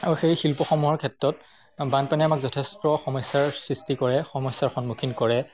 আৰু সেই শিল্পসমূহৰ ক্ষেত্ৰত বানপানীয়ে আমাক যথেষ্ট সমস্যাৰ সৃষ্টি কৰে সমস্যাৰ সন্মুখীন কৰে